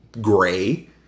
gray